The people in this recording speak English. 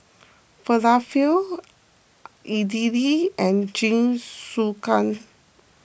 Falafel Idili and Jingisukan